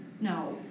no